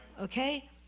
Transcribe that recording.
okay